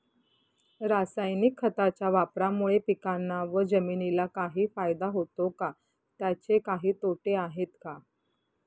रासायनिक खताच्या वापरामुळे पिकांना व जमिनीला काही फायदा होतो का? त्याचे काही तोटे आहेत का?